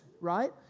right